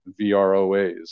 VROAs